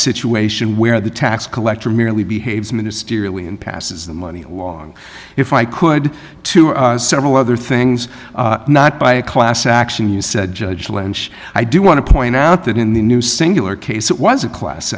situation where the tax collector merely behaves mysteriously and passes the money along if i could to several other things not by a class action you said judge lynch i do want to point out that in the new cingular case it wasn't class